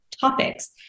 topics